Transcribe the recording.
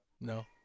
No